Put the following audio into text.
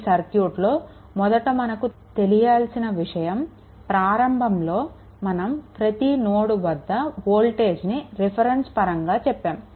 ఈ సర్క్యూట్లో మొదట మనకు తెలియాల్సిన విషయం ప్రారంభంలో మనం ప్రతి నోడ్ వద్ద వోల్టేజ్ ని రిఫరెన్స్ పరంగా చెప్పాము